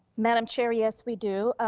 madam chair, yes, we do.